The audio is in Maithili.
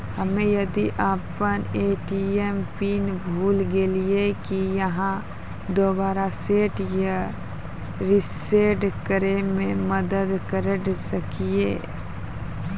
हम्मे यदि अपन ए.टी.एम पिन भूल गलियै, की आहाँ दोबारा सेट या रिसेट करैमे मदद करऽ सकलियै?